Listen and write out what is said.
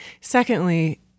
Secondly